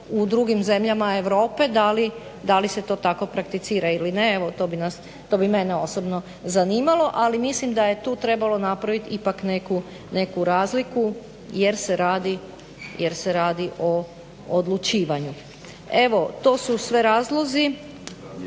u drugim zemljama Europe da li se to tako prakticira ili ne. Evo to bi mene osobno zanimalo. Ali, mislim da je tu trebalo napraviti ipak neku razliku jer se radi o odlučivanju. Evo, to su sve razlozi